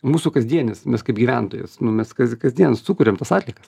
mūsų kasdienis mes kaip gyventojas nu mes kas kasdien sukuriam tas atliekas